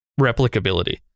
Replicability